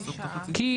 כי,